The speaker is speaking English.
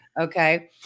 Okay